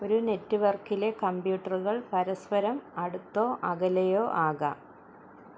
ഒരു നെറ്റ്വർക്കിലെ കമ്പ്യൂട്ടറുകൾ പരസ്പരം അടുത്തോ അകലെയോ ആകാം